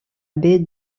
baie